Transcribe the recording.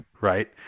right